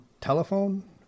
telephone